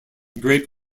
grape